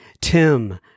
Tim